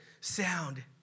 sound